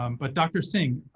um but dr. singh,